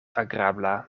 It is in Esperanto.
agrabla